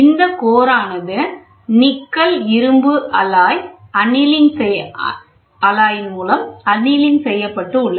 இந்தப் கோரானது நிக்கல் இரும்பு அலாய் அணிலிங் செய்யப்பட்டு உள்ளது